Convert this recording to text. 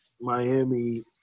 Miami